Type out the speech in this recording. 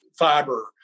fiber